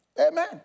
Amen